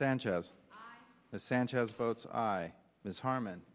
sanchez sanchez votes i miss harman